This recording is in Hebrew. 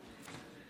הוועדה.